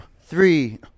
three